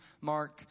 Mark